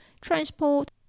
transport